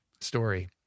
story